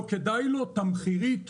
לא כדאי לו תמחירית,